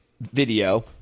video